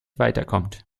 weiterkommt